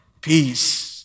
Peace